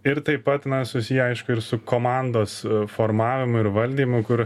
ir taip pat na susiję aišku ir su komandos formavimu ir valdymu kur